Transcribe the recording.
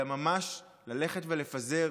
אלא ממש לפזר